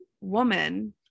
woman